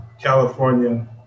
California